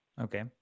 Okay